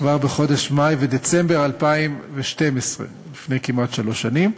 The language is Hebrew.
כבר בחודש מאי, בדצמבר 2012, לפני כמעט שלוש שנים,